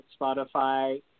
Spotify